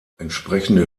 entsprechende